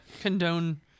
condone